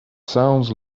sounds